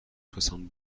soixante